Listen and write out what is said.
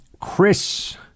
Chris